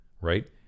right